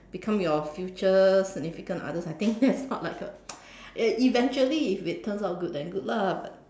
become your future significant others I think that's not like a eventually if it turns out good then good lah but